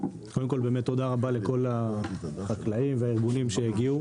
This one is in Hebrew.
קודם כל באמת תודה רבה לכל החקלאים והארגונים שהגיעו,